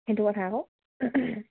সেইটো কথা আকৌ